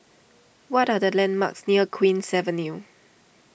what are the landmarks near Queen's Avenue